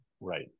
right